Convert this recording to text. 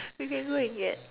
you can go and get